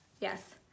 yes